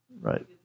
Right